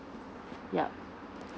yup